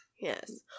Yes